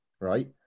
right